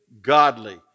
Godly